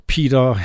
Peter